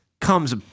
comes